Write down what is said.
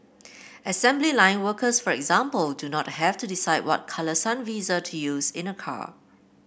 assembly line workers for example do not have to decide what colour sun visor to use in a car